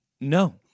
No